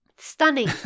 Stunning